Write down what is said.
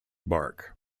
bark